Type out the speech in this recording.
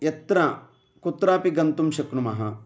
यत्र कुत्रापि गन्तुं शक्नुमः